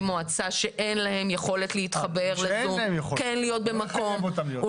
מועצה שאין להם יכולת להתחבר ל-זום כן להיות במקום,